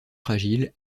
fragiles